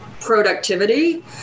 productivity